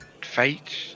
fate